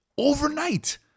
Overnight